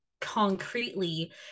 concretely